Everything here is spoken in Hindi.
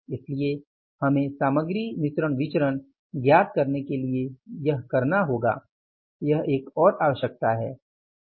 इसलिए हमें सामग्री मिश्रण विचरण ज्ञात करने के लिए यह करना होगा यह एक और आवश्यकता है